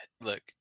look